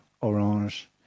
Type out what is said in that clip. Orange